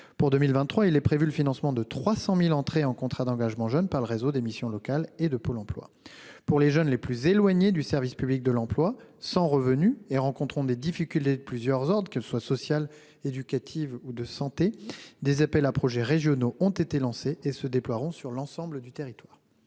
Pour 2023, il est prévu de financer 300 000 entrées en contrat d'engagement jeune par le réseau des missions locales et de Pôle emploi. Enfin, pour les jeunes les plus éloignés du service public de l'emploi, sans revenu et rencontrant des difficultés de plusieurs ordres, qu'elles soient sociales, éducatives ou de santé, des appels à projets régionaux ont été lancés et seront déployés sur l'ensemble du territoire.